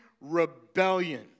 rebellion